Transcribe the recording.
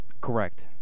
Correct